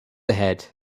ahead